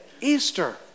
Easter